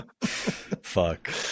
Fuck